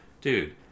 dude